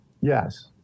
yes